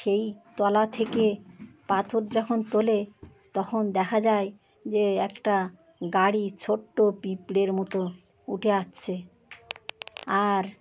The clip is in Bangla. সেই তলা থেকে পাথর যখন তোলে তখন দেখা যায় যে একটা গাড়ি ছোট্ট পিঁপড়ের মতো উঠে আসছে আর